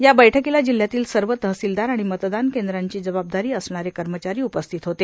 या बैठकीला जिल्ह्यातील सर्व तहसीलदार आणि मतदान केंद्रांची जबाबदारी असणारे कर्मचारी उपस्थित होते